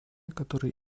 которые